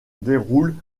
déroulent